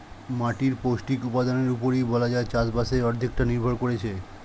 মাটির পৌষ্টিক উপাদানের উপরেই বলা যায় চাষবাসের অর্ধেকটা নির্ভর করছে